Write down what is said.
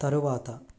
తరువాత